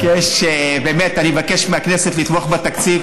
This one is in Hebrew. אני מבקש, באמת, אני מבקש מהכנסת לתמוך בתקציב.